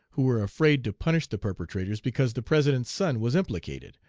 who were afraid to punish the perpetrators because the president's son was implicated,